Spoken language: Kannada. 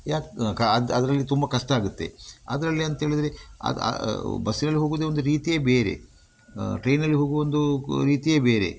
ಯಾಕೆ ಅದು ಅದರಲ್ಲಿ ತುಂಬ ಕಷ್ಟ ಆಗುತ್ತೆ ಅದರಲ್ಲಿ ಅಂತೇಳಿದರೆ ಅದು ಬಸ್ಸಿನಲ್ಲಿ ಹೋಗುವುದೇ ಒಂದು ರೀತಿಯೇ ಬೇರೆ ಟ್ರೈನ್ನಲ್ಲಿ ಹೋಗುವ ಒಂದು ಕು ರೀತಿಯೇ ಬೇರೆ